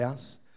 house